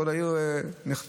כל העיר נחפרת,